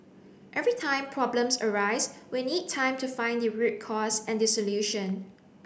every time problems arise we need time to find the root cause and the solution